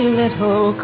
little